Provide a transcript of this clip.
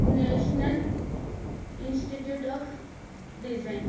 national institute of design